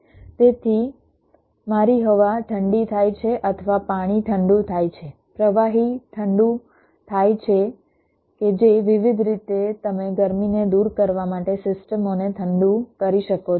તેથી મારી હવા ઠંડી થાય છે અથવા પાણી ઠંડુ થાય છે પ્રવાહી ઠંડુ થાય છે કે જે વિવિધ રીતે તમે ગરમીને દૂર કરવા માટે સિસ્ટમોને ઠંડુ કરી શકો છો